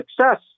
success